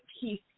peace